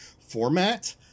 format